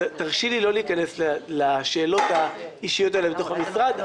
תרשי לי לא להיכנס לשאלות האישיות האלה לתוך המשרד.